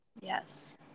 Yes